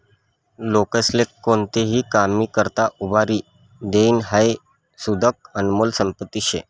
लोकेस्ले कोणताही कामी करता उभारी देनं हाई सुदीक आनमोल संपत्ती शे